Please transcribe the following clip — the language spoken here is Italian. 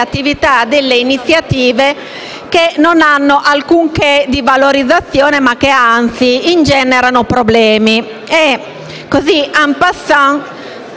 Grazie